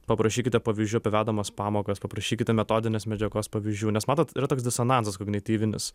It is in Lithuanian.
paprašykite pavyzdžių apie vedamas pamokas paprašykite metodinės medžiagos pavyzdžių nes matot yra toks disonansas kognityvinis